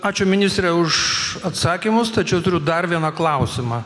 ačiū ministre už atsakymus tačiau turiu dar vieną klausimą